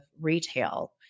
retail